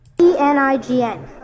E-N-I-G-N